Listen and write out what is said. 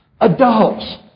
adults